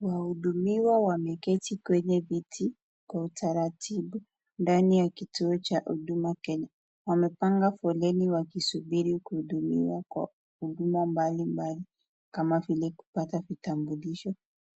Wahudumiwa wameketi kwenye viti kwa utaratibu ndani ya kituo cha Huduma Kenya. Wamepanga foleni wakisubiri kuhudumiwa kwa huduma mbalimbali kama vile: kupata kitambulisho,